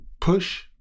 push